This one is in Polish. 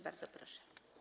Bardzo proszę.